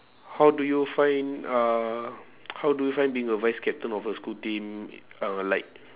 how do you find uh how do you find being a vice-captain of a school team uh like